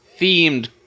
themed